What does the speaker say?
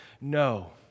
no